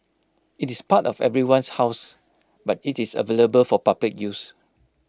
IT is part of everyone's house but IT is available for public use